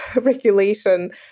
regulation